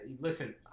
Listen